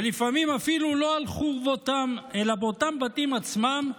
ולפעמים אפילו לא על חורבותיהם אלא באותם בתים עצמם,